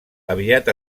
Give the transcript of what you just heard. aviat